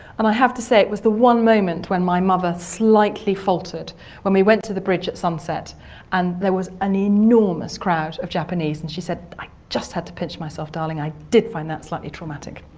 and i have to say it was the one moment when my mother slightly faltered when we went to the bridge at sunset and there was an enormous crowd of japanese, and she said, i just had to pinch myself, darling. i did find that slightly traumatic